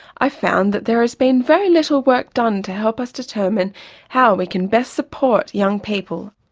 i found that there has been very little work done to help us determine how we can best support young people.